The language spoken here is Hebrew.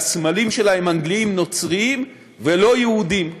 והסמלים שלה הם אנגליים נוצריים ולא יהודיים.